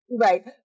Right